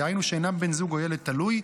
דהיינו שאינם בן זוג או ילד תלוי,